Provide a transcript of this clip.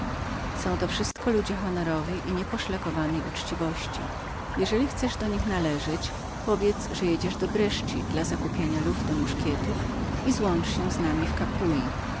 są to wszyscy ludzie honorowi i nieposzlakowanej uczciwości jeżeli chcesz do nich należeć powiedz że jedziesz do brescia dla zakupienia broni i złącz się z nami